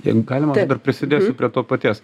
jeigu galima prisidėsiu prie to paties